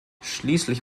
schließlich